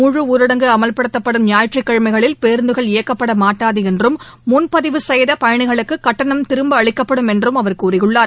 முழு ஊரடங்கு அமல்படுத்தப்படும் ஞாயிற்றுக்கிழமைகளில் பேருந்துகள் இயக்கப்படமாட்டாதுஎன்றும் முன்பதிவு செய்தபயணிகளுக்குகட்டணம் திரும்பஅளிக்கப்படும் என்றும் அவர் கூறியுள்ளார்